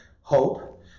hope